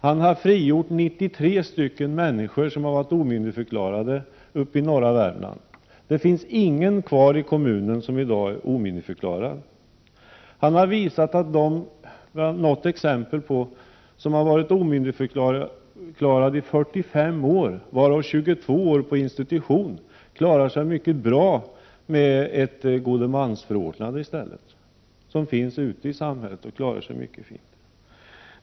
Han har frigjort 93 människor i norra Värmland som har varit omyndigförklarade. Det finns inte någon kvar i kommunen som i dag är omyndigförklarad. Han kan visa hur människor som har varit omyndigförklarade i 45 år, varav 22 år på institution, nu klarar sig mycket bra med ett god-mans-förordnande. Dessa människor lever nu ute i samhället och klarar sig som sagt bra.